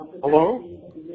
Hello